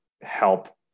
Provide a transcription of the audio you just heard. help